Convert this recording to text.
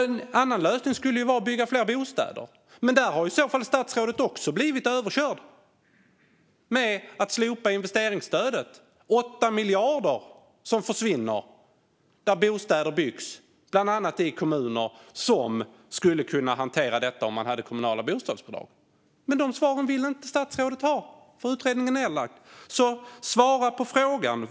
En lösning skulle kunna vara att bygga fler bostäder, men där har statsrådet också blivit överkörd genom att investeringsstödet har slopats. Det är 8 miljarder som försvinner där bostäder kan byggas, bland annat i kommuner som skulle kunna hantera detta om de har kommunala bostadsbolag. Men dessa svar vill statsrådet inte ha, för utredningen är nedlagd. Svara på frågan!